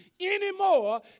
anymore